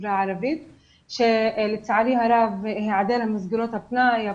בחברה הערבית שלצערי הרב היעדר מסגרות פנאי,